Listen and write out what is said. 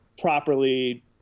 properly